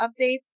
updates